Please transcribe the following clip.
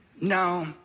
No